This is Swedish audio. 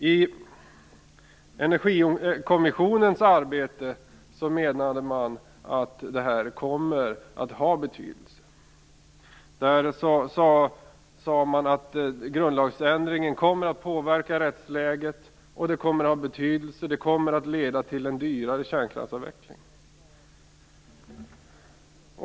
I Energikommissionens arbete menade man att detta kommer att ha betydelse. Det sades att grundlagsändringen kommer att påverka rättsläget, att den kommer att ha betydelse och att den kommer att leda till en dyrare kärnkraftsavveckling.